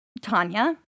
Tanya